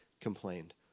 complained